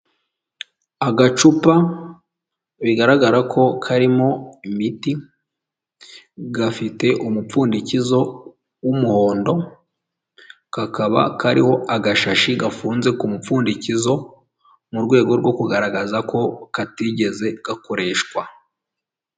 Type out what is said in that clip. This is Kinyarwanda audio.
Agacupa bigaragara ko karimo imiti, gafite umupfundikizo w'umuhondo, kakaba kariho agashashi gafunze ku mupfundikizo, mu rwego rwo kugaragaza ko katigeze gakoreshwa.